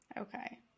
Okay